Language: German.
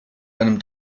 einem